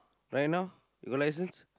right now you got licence